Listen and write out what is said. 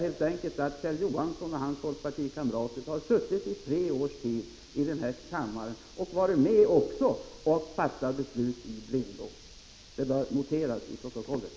Också Kjell Johansson och hans folkpartikamrater har alltså under tre år varit med om att fatta beslut i blindo i denna kammare. Det bör noteras till protokollet.